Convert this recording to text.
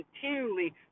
continually